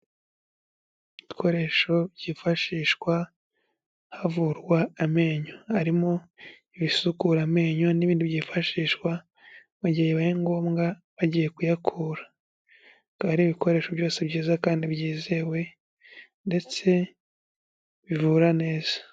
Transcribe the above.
Ibikoresho byifashishwa havurwa amenyo, harimo ibisukura amenyo n'ibindi byifashishwa mu gihe bibaye ngombwa bagiye kuyakura, akaba ari ibikoresho byose byiza kandi byizewe ndetse bivura neza.